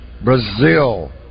Brazil